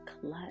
clutch